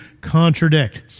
contradict